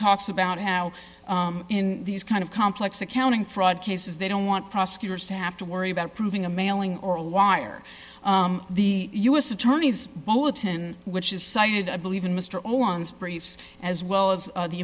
talks about how in these kind of complex accounting fraud cases they don't want prosecutors to have to worry about proving a mailing or a wire the u s attorney's bulletin which is cited i believe in mr owens briefs as well as the